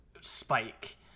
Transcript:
spike